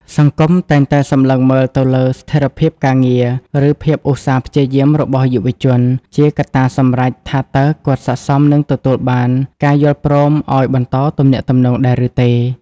សង្គមតែងតែសម្លឹងមើលទៅលើ "ស្ថិរភាពការងារ" ឬភាពឧស្សាហ៍ព្យាយាមរបស់យុវជន ជាកត្តាសម្រេចថាតើគាត់ស័ក្តិសមនឹងទទួលបានការយល់ព្រមឱ្យបន្តទំនាក់ទំនងដែរឬទេ។